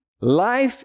Life